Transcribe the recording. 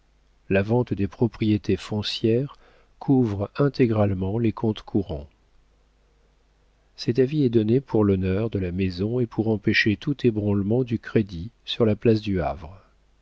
la vente des propriétés foncières couvre intégralement les comptes courants cet avis est donné pour l'honneur de la maison et pour empêcher tout ébranlement du crédit sur la place du havre